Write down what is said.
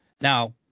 Now